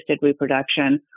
reproduction